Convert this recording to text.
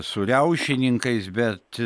su riaušininkais bet